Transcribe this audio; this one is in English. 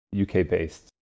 UK-based